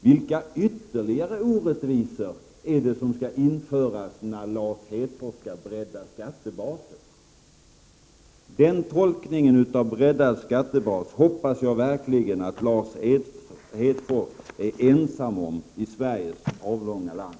Vilka ytterligare orättvisor är det som skall införas när Lars Hedfors skall bredda skattebasen? Den tolkningen av begreppet breddad skattebas hoppas jag verkligen att Lars Hedfors är ensam om i Sveriges avlånga land.